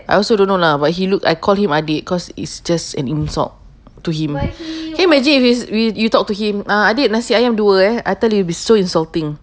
I also don't know lah but he look I call him adik cause it's just an insult to him can you imagine if it's if you you talk to him ah adik nasi ayam dua I tell you it'll be so insulting